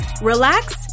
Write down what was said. relax